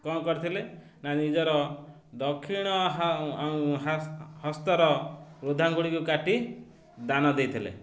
କ'ଣ କରିଥିଲେ ନା ନିଜର ଦକ୍ଷିଣ ହସ୍ତର ବୃଦ୍ଧାଙ୍ଗୁଳିକୁ କାଟି ଦାନ ଦେଇଥିଲେ